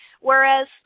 Whereas